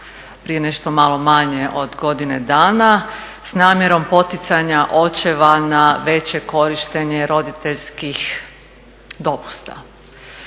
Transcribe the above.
prije nešto malo manje od godine dana s namjerom poticanja očeva na veće korištenje roditeljskih dopusta.